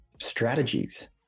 strategies